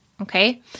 okay